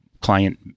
client